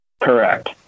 Correct